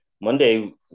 Monday